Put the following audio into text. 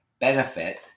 benefit